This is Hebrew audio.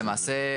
למעשה,